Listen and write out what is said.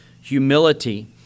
humility